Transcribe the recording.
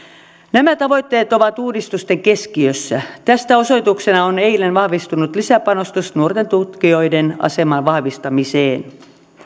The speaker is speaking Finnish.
nämä tavoitteet ovat uudistusten keskiössä tästä osoituksena on eilen vahvistunut lisäpanostus nuorten tutkijoiden aseman vahvistamiseen